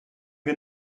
wir